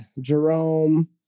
jerome